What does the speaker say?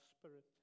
spirit